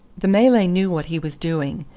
the malay knew what he was doing,